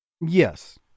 Yes